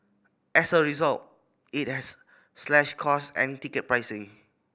as a result it has slashed cost and ticket pricing